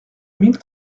mille